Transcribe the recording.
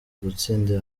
gutsindira